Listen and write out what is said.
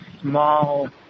small